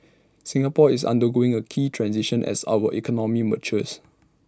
Singapore is undergoing A key transition as our economy matures